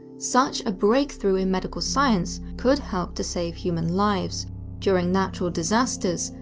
such a breakthrough in medical science could help to save human lives during natural disasters,